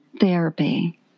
Therapy